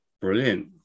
brilliant